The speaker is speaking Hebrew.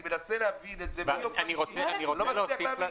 אני מנסה להבין את זה, אני לא מצליח להבין.